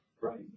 Right